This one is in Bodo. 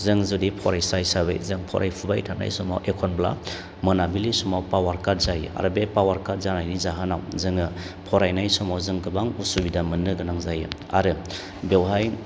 जों जुदि फरायसा हिसाबै जों फरायफुबाय थानाय समाव एखनब्ला मोनाबिलि समाव पावार काट जायो आरो बे पावार काट जानायनि जाहोनाव जोङो फरायनाय समाव जों गोबां असुबिदा मोननो गोनां जायो आरो बेवहाय